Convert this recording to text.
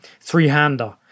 three-hander